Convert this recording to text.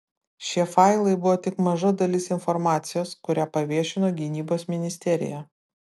šie failai buvo tik maža dalis informacijos kurią paviešino gynybos ministerija